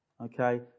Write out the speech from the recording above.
Okay